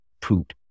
poop